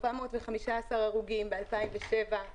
415 הרוגים ב-2007,